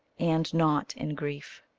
and not in grief.